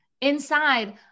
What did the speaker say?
inside